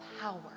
power